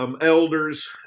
elders